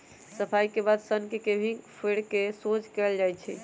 सफाई के बाद सन्न के ककहि से फेर कऽ सोझ कएल जाइ छइ